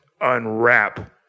unwrap